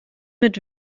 mit